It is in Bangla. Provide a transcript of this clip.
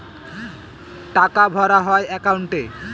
টাকা ভরা হয় একাউন্টে